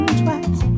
twice